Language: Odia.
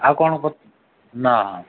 ଆଉ କ'ଣ ନା